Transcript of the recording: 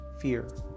fear